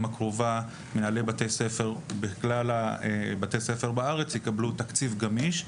הקרובה מנהלי בתי ספר בכלל בתי הספר בארץ יקבלו תקציב גמיש,